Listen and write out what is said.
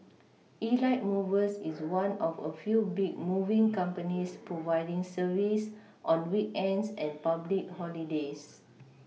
Elite movers is one of a few big moving companies providing service on weekends and public holidays